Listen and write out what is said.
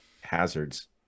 hazards